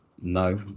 No